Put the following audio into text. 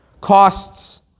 costs